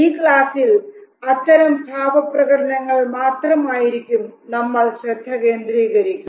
ഈ ഒരു ക്ലാസ്സിൽ അത്തരം ഭാവപ്രകടനങ്ങൾ മാത്രമായിരിക്കും നമ്മൾ ശ്രദ്ധകേന്ദ്രീകരിക്കുക